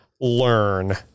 learn